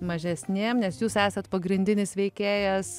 mažesnėms nes jūs esat pagrindinis veikėjas